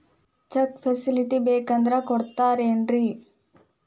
Check facility ಬೇಕಂದ್ರ ಕೊಡ್ತಾರೇನ್ರಿ?